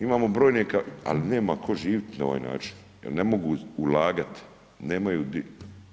Imamo brojne ali nema tko živjeti na ovaj način jer ne mogu ulagati, nemaju gdje.